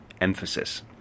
emphasis